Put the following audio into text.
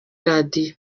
radio